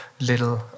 little